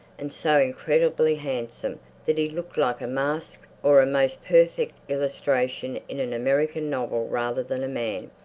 and so incredibly handsome that he looked like a mask or a most perfect illustration in an american novel rather than a man.